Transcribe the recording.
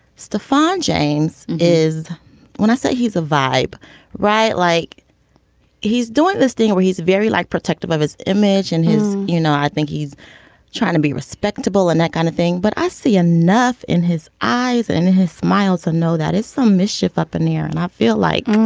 stefon james is when i say he's a vibe right. like he's doing this thing where he's very like protective of his image and his you know i think he's trying to be respectable in that kind of thing. but i see enough in his eyes and his smiles and know that is some mischief up in the and i feel like.